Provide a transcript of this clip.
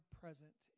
present